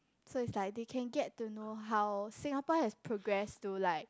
so it's like they can get to know how Singapore has progress to like